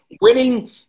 winning